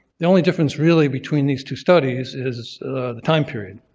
the only difference really between these two studies is the time period.